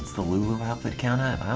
the lulu outfit count at?